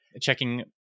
checking